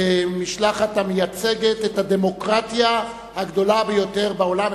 משלחת המייצגת את הדמוקרטיה הגדולה ביותר בעולם.